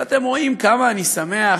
אבל אתם רואים כמה אני שמח,